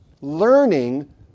learning